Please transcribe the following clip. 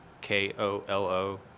K-O-L-O